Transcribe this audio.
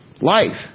life